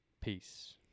Peace